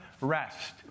rest